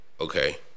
okay